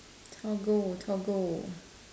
Toggle Toggle